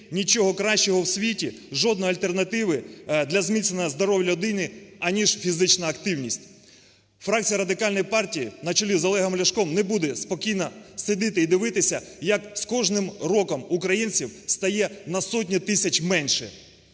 нічого кращого в світі, жодної альтернативи для зміцнення здоров'я людини, аніж фізична активність. Фракція Радикальної партії на чолі з Олегом Ляшком не буде спокійно сидіти і дивитися, як з кожним роком українців стає на сотні тисяч менше.